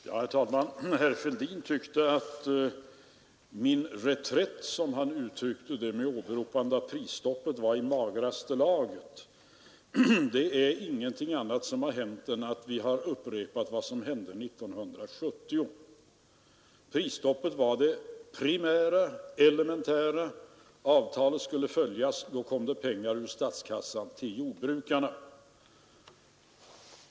Herr talman! Herr Fälldin tyckte att min reträtt, som han uttryckte det, med åberopande av prisstoppet var i magraste laget. Det är ingenting annat som hänt än att vi har upprepat vad som inträffade 1970. Prisstoppet var det primära. Avtalet skulle följas. Då kom det pengar ur statskassan till jordbrukarna.